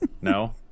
No